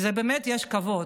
באמת יש כבוד,